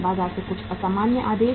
बाजार से कुछ असामान्य आदेश